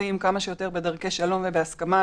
הסכסוכים כמה שיותר בדרכי שלום ובהסכמה,